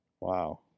Wow